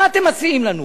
מה אתם מציעים לנו?